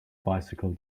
bicycle